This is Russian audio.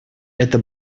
это